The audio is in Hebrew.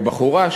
או בחורה,